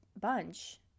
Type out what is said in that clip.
bunch